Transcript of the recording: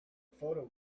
photo